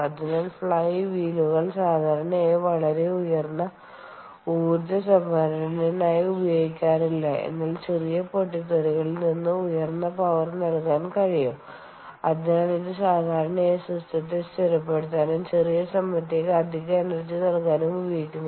അതിനാൽ ഫ്ലൈ വീലുകൾ സാധാരണയായി വളരെ ഉയർന്ന ഊർജ്ജ സംഭരണത്തിനായി ഉപയോഗിക്കാറില്ല എന്നാൽ ചെറിയ പൊട്ടിത്തെറികളിൽ ഇതിന് ഉയർന്ന പവർ നൽകാൻ കഴിയും അതിനാൽ ഇത് സാധാരണയായി സിസ്റ്റത്തെ സ്ഥിരപ്പെടുത്താനും ചെറിയ സമയത്തേക്ക് അധിക എനർജി നൽകാനും ഉപയോഗിക്കുന്നു